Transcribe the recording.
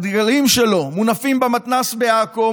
מונפים במתנ"ס בעכו,